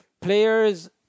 players